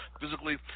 physically